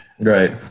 Right